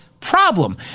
Problem